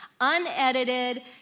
Unedited